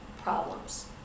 problems